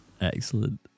Excellent